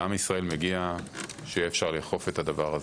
לעם ישראל מגיע שיהיה אפשר לאכוף את הדבר הזה.